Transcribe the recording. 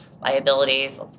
liabilities